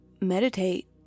meditate